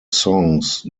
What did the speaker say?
songs